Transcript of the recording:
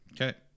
Okay